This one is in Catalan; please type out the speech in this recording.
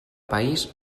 país